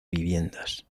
viviendas